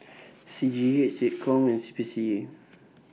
C G E Seccom and C P C A